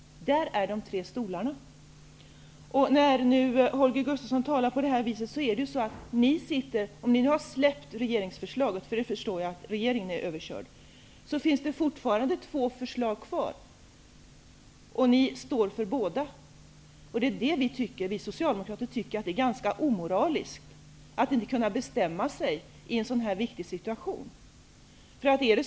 Där är de tre stolarna! Holger Gustafsson talar nu på detta vis. Ni har släppt regeringsförslaget. Jag förstår att regeringen har körts över. Men det finns fortfarande två förslag kvar. Ni står för båda. Vi socialdemokrater tycker att det är ganska omoraliskt att inte kunna bestämma sig i en sådan viktig situation.